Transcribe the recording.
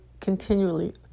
continually